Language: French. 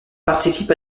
participe